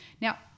Now